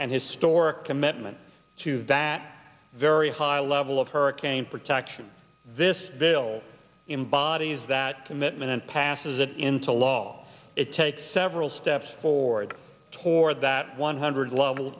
and historic commitment to that very high level of hurricane protection this bill embodies that commitment and passes it into law it takes several steps forward toward that one hundred level